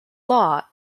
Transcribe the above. law